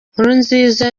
nkurunziza